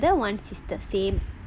one brother one sister same